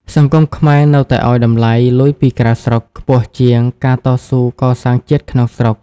សង្គមខ្មែរនៅតែឱ្យតម្លៃ "លុយពីក្រៅស្រុក" ខ្ពស់ជាង "ការតស៊ូកសាងជាតិក្នុងស្រុក"។